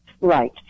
right